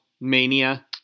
mania